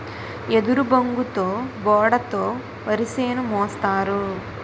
ఎదురుబొంగుతో బోడ తో వరిసేను మోస్తారు